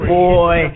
boy